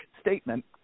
statement